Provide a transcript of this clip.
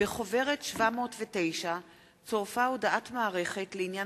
בחוברת 709 צורפה הודעת המערכת לעניין